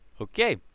Okay